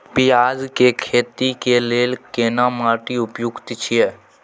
पियाज के खेती के लेल केना माटी उपयुक्त छियै?